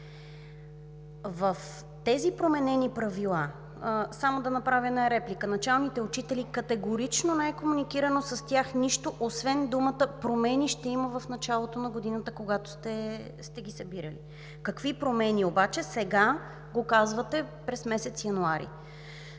В тези променени правила – само да направя една реплика: с началните учители категорично не е коментирано нищо освен думите „промени ще има в началото на годината“, когато сте ги събирали. Какви промени обаче – сега го казвате, през месец януари.